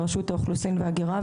ברשות האוכלוסין וההגירה,